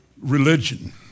religion